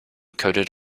coated